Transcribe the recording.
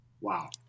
Wow